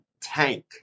tank